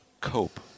cope